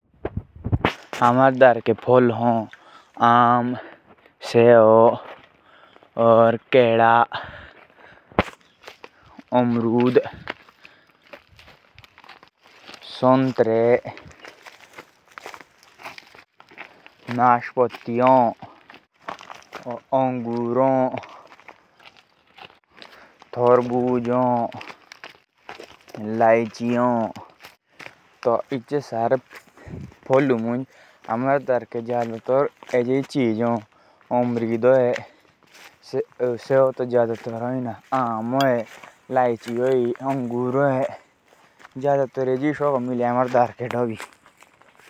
हमारे घर में जैसे फल होते हैं। आम संतरा अमरूद लाईची पपता अनार नाशपत्ती थरपूज।